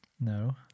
No